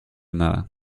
nada